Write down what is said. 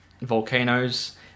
volcanoes